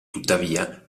tuttavia